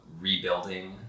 rebuilding